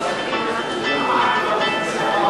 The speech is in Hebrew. למה חקלאות?